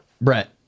brett